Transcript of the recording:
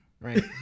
Right